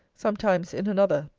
sometimes in another,